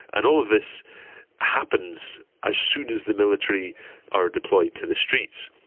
and all of this happens as soon as the military are deployed to the streets.